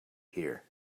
here